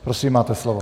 Prosím, máte slovo.